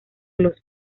los